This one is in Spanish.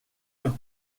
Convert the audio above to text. los